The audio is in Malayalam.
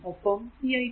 ഒപ്പം ഈ i 2